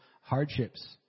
hardships